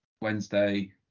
Wednesday